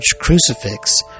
crucifix